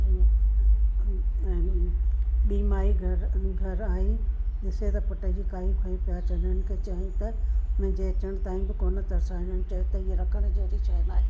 ॿी माई घरु आई ॾिसे त पुटु जी काई खईं पिया अचनि हिननि खें चयईं त मुंहिंजे अचण ताईं बि कोन तरसिया हिननि चयो त हीअ रखणु जेणी शइ न आहे